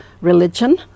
religion